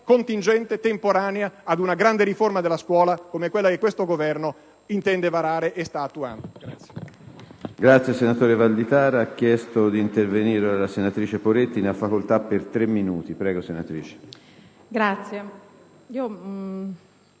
contingente temporanea ad una grande riforma della scuola come quella che questo Governo sta iniziando ad attuare